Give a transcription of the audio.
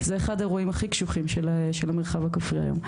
זה אחד האירועים הכי קשוחים של המרחב הכפרי היום,